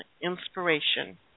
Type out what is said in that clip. inspiration